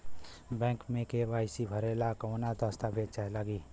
Bank मे KYC भरेला कवन दस्ता वेज लागी?